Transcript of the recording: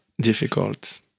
difficult